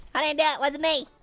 but and it, wasn't me.